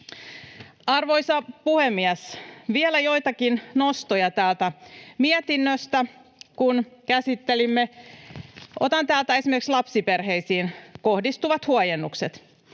Arvoisa puhemies! Vielä joitakin nostoja täältä mietinnöstä. Otan täältä esimerkiksi lapsiperheisiin kohdistuvat huojennukset.